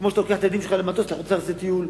כמו שאתה לוקח את הילדים שלך למטוס לחוץ-לארץ לעשות טיול,